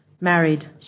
married